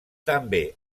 també